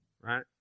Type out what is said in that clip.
Right